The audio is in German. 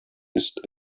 ist